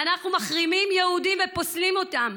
אנחנו מחרימים יהודים ופוסלים אותם?